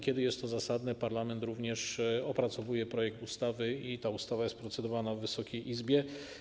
Kiedy jest to zasadne, parlament również opracowuje projekt ustawy i ta ustawa jest procedowana w Wysokiej Izbie.